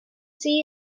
see